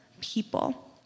people